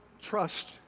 trust